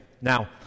Now